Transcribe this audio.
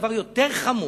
דבר יותר חמור: